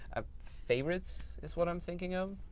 a favorites is what i'm thinking of.